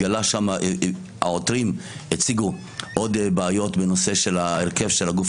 העותרים הציגו עוד בעיות בנושא ההרכב של הגוף